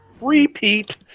Repeat